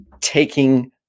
taking